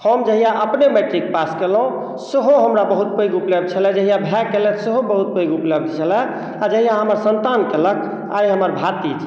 हम जहिया अपने मैट्रिक पास केलहुॅं सेहो हमरा बहुत पैघ उपलब्धि छलए जहिया भाइ केलक सेहो बहुत पैघ उपलब्धि छलए आ जहिया हमरा सन्तान केलक आइ हमर भातिज